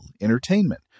entertainment